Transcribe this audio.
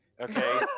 okay